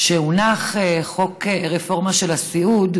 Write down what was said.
כשהונח חוק הרפורמה של הסיעוד,